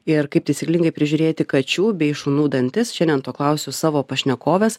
ir kaip taisyklingai prižiūrėti kačių bei šunų dantis šiandien to klausiu savo pašnekovės